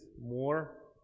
more